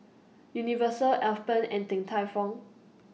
Universal Alpen and Din Tai Fung